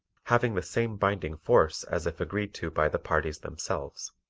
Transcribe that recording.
having the same binding force as if agreed to by the parties themselves.